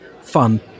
fun